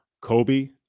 Kobe